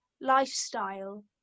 lifestyle